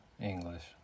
English